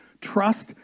Trust